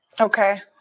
Okay